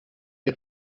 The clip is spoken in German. die